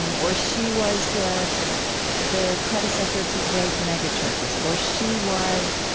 um or she was the the predecessor to today's megachurches. or she was